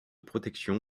protection